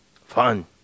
Fun